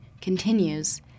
continues